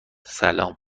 سلام